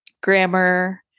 grammar